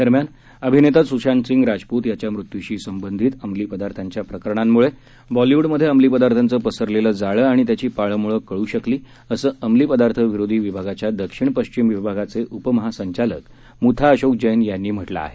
दरम्यान अभिनेता सुशांत सिंग राजपूत याच्या मृत्यूशी संबंधित अंमली पदार्थांच्या प्रकरणांमुळे बॉलिवूडमधे अंमली पदार्थांचं पसरलेलं जाळं आणि त्याची पाळमुळं कळ् शकली असं अमली पदार्थ विरोधी विभागाच्या दक्षिण पश्चिम विभागाचे उपमहासंचालक मथा अशोक जैन यांनी म्हटलं आहे